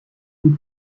who